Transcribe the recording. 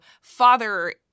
father